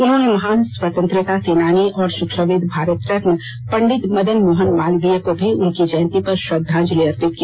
उन्होंने महान स्वतंत्रता सेनानी और शिक्षाविद भारत रत्न पंडित मदन मोहन मालवीय को भी उनकी जयंती पर श्रद्वाजंलि अर्पित की